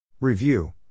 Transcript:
Review